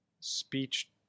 speech